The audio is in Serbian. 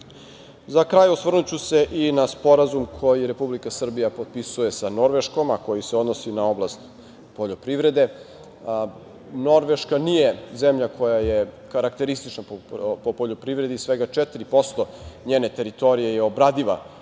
kraj, osvrnuću se i na sporazum koji Republika Srbija potpisuje sa Norveškom, a koji se odnosi na oblast poljoprivrede. Norveška nije zemlja koja je karakteristična po poljoprivredi, svega 4% njene teritorije je obradiva